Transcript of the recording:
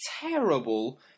terrible